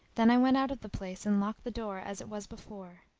then i went out of the place and locked the door as it was before.